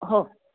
हो